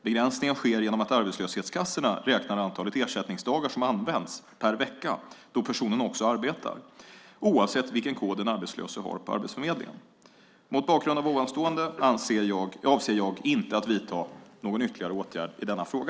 Begränsningen sker genom att arbetslöshetskassorna räknar antalet ersättningsdagar som används per vecka då personen också arbetar oavsett vilken kod den arbetslöse har på Arbetsförmedlingen. Mot bakgrund av ovanstående avser jag inte att vidta någon ytterligare åtgärd i denna fråga.